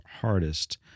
hardest